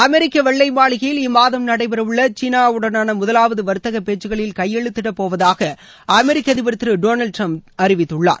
அமெரிக்க வெள்ளை மாளிகையில் இம்மாதம் நடைபெறவுள்ள சீனா உடனான முதலாவது வர்த்தக பேச்சுக்களில் கையெழுத்திடப்போவதாக அமெரிக்க அதிபர் திரு டொனால்டு டிரம்ப் அறிவித்துள்ளார்